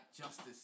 justice